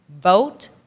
vote